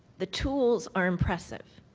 the tools are impressive,